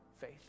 faith